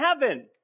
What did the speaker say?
heaven